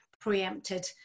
preempted